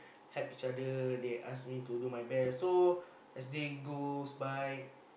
help each other they ask me to do my best so as day goes by